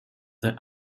the